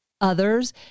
others